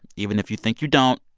even if you think you don't,